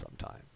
sometime